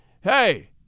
Hey